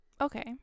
Okay